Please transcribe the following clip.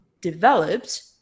developed